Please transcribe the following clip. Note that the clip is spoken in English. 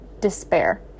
despair